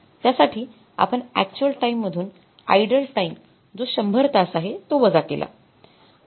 त्यासाठी आपण actual time मधून आइडल टाईम जो १०० तास आहे तो वजा केला